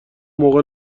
موقع